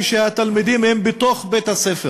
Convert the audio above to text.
כשהתלמידים בתוך בית-הספר.